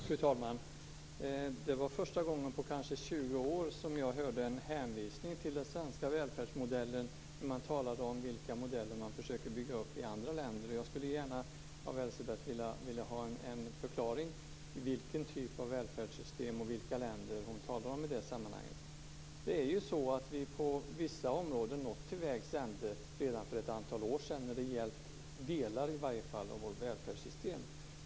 Fru talman! Det var första gången på kanske 20 år som jag hörde en hänvisning till den svenska välfärdsmodellen när man talar om vilka modeller som man försöker bygga upp i andra länder. Jag skulle gärna vilja att Elisebeht Markström förklarar vilken typ av välfärdssystem och vilka länder som hon talar om i det sammanhanget. På vissa områden har vi nått vägs ände redan för ett antal år sedan, åtminstone när det gäller delar av vårt välfärdssystem.